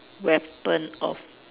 weapon of